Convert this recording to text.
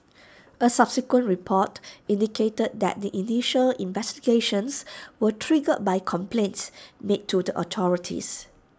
A subsequent report indicated that the initial investigations were triggered by complaints made to the authorities